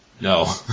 No